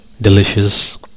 Delicious